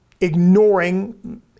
ignoring